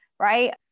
Right